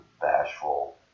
bashful